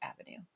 Avenue